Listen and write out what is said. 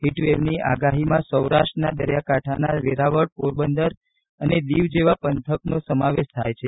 હીટવેવની આગાહીમાં સૌરાષ્ટ્રના દરિયાકાંઠાના વેરાવળ પોરબંદર અને દિવ જેવા પંથકનો સમાવેશ થાય છે